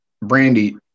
brandy